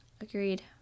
agreed